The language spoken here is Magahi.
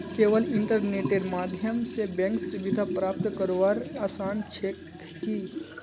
केवल इन्टरनेटेर माध्यम स बैंक सुविधा प्राप्त करवार आसान छेक की